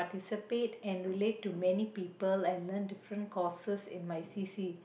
participate and relate to many people and learn different courses in my C_C